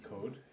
code